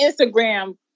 Instagram